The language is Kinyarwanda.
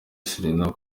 serena